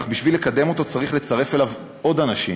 אך בשביל לקדם אותו אתה צריך לצרף אליו עוד אנשים